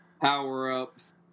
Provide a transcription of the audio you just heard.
power-ups